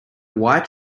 white